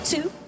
Two